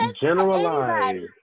generalize